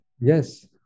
Yes